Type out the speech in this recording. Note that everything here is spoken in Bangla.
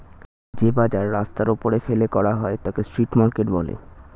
যে বাজার রাস্তার ওপরে ফেলে করা হয় তাকে স্ট্রিট মার্কেট বলে